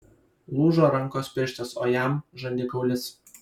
lūžo rankos pirštas o jam žandikaulis